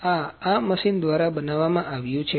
આ આ મશીન દ્વારા બનાવવામાં આવ્યુ છે